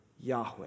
Yahweh